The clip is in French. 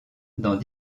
dans